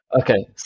Okay